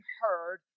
heard